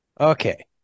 Okay